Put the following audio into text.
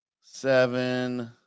seven